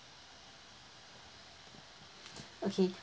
okay